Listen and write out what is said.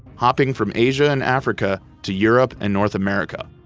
hopping from asia and africa to europe and north america,